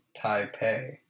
Taipei